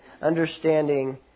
understanding